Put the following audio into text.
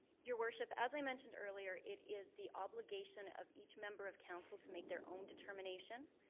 your worship, as i mentioned earlier, it is the obligation of each member of council to make their own determination.